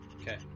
Okay